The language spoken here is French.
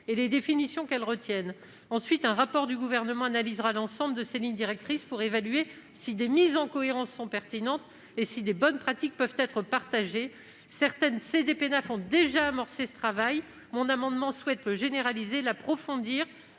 et les définitions qu'elles retiennent. Ensuite, un rapport du Gouvernement analysera l'ensemble de ces lignes directrices pour évaluer si des mises en cohérence sont nécessaires et si de bonnes pratiques peuvent être partagées. Certaines CDPENAF ont déjà amorcé ce travail. Cet amendement vise à le généraliser et à l'approfondir,